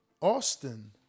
Austin